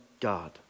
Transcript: God